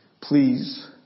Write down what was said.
Please